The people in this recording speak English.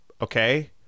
Okay